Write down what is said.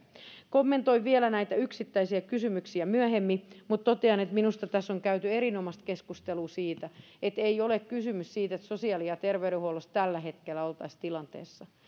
kommentoin vielä näitä yksittäisiä kysymyksiä myöhemmin mutta totean että minusta tässä on käyty erinomaista keskustelua siitä että ei ole kysymys siitä että sosiaali ja terveydenhuollossa tällä hetkellä oltaisiin tilanteessa